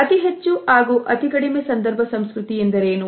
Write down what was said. ಅತಿ ಹೆಚ್ಚು ಹಾಗೂ ಅತಿ ಕಡಿಮೆ ಸಂದರ್ಭ ಸಂಸ್ಕೃತಿ ಎಂದರೇನು